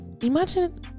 Imagine